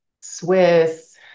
Swiss